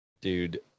Dude